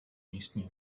místní